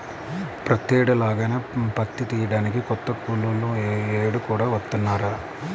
ప్రతేడు లాగానే పత్తి తియ్యడానికి కొత్త కూలోళ్ళు యీ యేడు కూడా వత్తన్నారా